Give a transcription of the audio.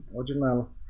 original